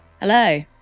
hello